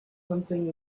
something